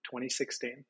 2016